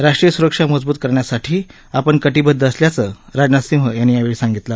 राष्ट्रीय सुरक्षा मजबूत करण्यासाठी आपण कटिबदध असल्याचं राजनाथ सिंह यांनी यावेळी सांगितलं